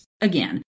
again